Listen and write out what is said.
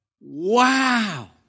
Wow